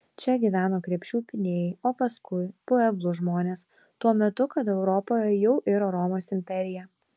čia gyveno krepšių pynėjai o paskui pueblų žmonės tuo metu kada europoje jau iro romos imperija